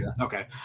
Okay